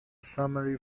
summary